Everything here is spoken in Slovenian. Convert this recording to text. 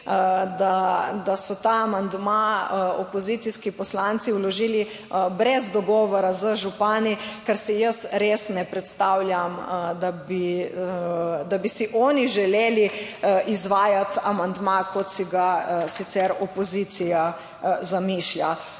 da so ta amandma opozicijski poslanci vložili brez dogovora z župani, ker si jaz res ne predstavljam, da bi si oni želeli izvajati amandma, kot si ga sicer opozicija zamišlja.